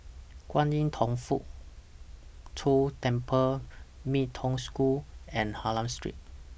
Kwan Im Thong Hood Cho Temple Mee Toh School and Hylam Street